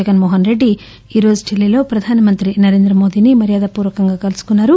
జగన్మోహస్ రెడ్డి ఈరోజు ఢిల్లీలో ప్రధానమంత్రి నరేంద్రమోదీని మర్యాదపూర్వకంగా కలుసుకున్నారు